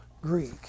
Greek